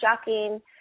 shocking